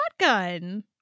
shotgun